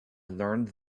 learned